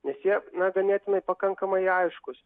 nes jie na ganėtinai pakankamai aiškūs